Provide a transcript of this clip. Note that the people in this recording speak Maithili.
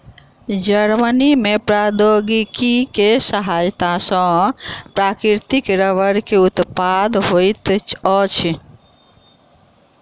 जर्मनी में प्रौद्योगिकी के सहायता सॅ प्राकृतिक रबड़ के उत्पादन होइत अछि